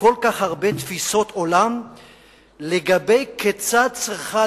וכל כך הרבה תפיסות עולם לגבי כיצד צריכה